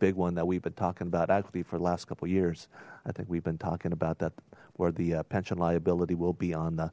big one that we've been talking about actually for the last couple years i think we've been talking about that where the pension liability will be on the